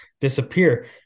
disappear